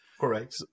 Correct